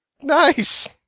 Nice